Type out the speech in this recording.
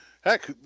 Heck